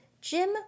Jim